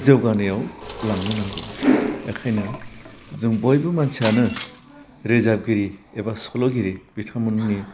जौगानायाव लांनो नांगौ एखायनो जों बयबो मानसियानो रोजाबगिरि एबा सल'गिरि बिथांमोननि